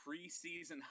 preseason